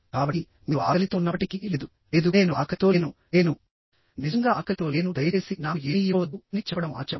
కాబట్టి మీరు ఆకలితో ఉన్నప్పటికీ లేదు లేదు నేను ఆకలితో లేను నేను నిజంగా ఆకలితో లేనుదయచేసి నాకు ఏమీ ఇవ్వవద్దు అని చెప్పడం ఆచారం